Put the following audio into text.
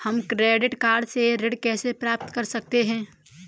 हम credit card से ऋण कैसे प्राप्त कर सकते हैं?